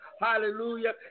Hallelujah